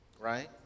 Right